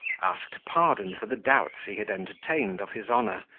asked pardon for the doubts he had entertained of his honour,